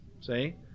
see